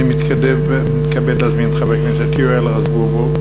אני מתכבד להזמין את חבר הכנסת יואל רזבוזוב.